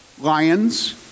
lions